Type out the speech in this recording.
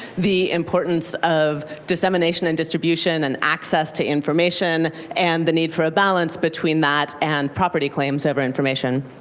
the importance of dissemination and distribution and access to information, and the need for a balance between that and property claims over information.